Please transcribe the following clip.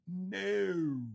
No